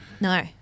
no